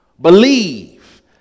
believe